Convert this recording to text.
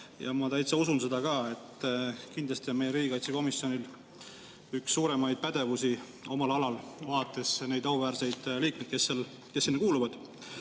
ja ma täitsa usun seda ka. Kindlasti on meie riigikaitsekomisjonil üks suurimaid pädevusi omal alal, vaadakem vaid neid auväärseid liikmeid, kes sinna kuuluvad.